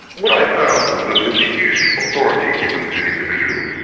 what i found was that there was huge authority given to individuals.